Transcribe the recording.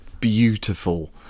beautiful